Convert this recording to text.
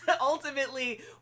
ultimately